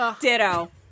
Ditto